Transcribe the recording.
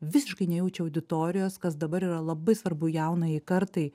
visiškai nejaučia auditorijos kas dabar yra labai svarbu jaunajai kartai